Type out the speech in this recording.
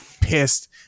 pissed